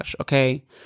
Okay